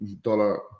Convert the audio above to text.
dollar